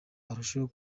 arusheho